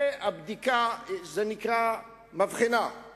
הבדיקה, זה נקרא "מבחנה";